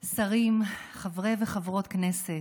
שרים, חברי וחברות כנסת,